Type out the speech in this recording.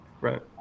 right